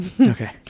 Okay